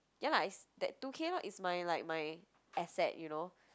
ya lah it's that two-K lor it's my like my asset you know